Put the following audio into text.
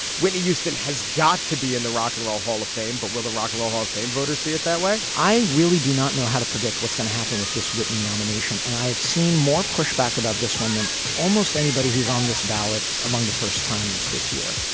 whitney houston has got to be in the rock and roll hall of fame. but will the rock roll hall of fame voters see it that way? i really do not know how to predict what's going to happen with this whitney nomination. and i have seen more pushback about this one than almost anybody who's on this ballot among the first timers this year.